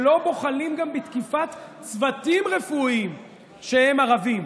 שלא בוחלים גם בתקיפת צוותים רפואיים שהם ערבים,